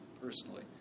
personally